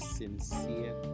sincere